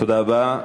תודה רבה.